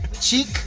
Cheek